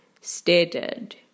stated